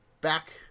back